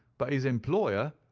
but his employer,